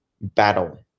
battle